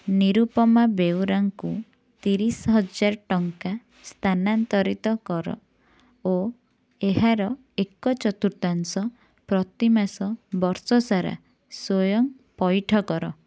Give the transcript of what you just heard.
ନିରୁପମା ବେଉରାଙ୍କୁ ତିରିଶି ହଜାର ଟଙ୍କା ସ୍ଥାନାନ୍ତରିତ କର ଓ ଏହାର ଏକ ଚତୁର୍ଥାଂଶ ପ୍ରତିମାସ ବର୍ଷ ସାରା ସ୍ଵୟଂପଇଠ କର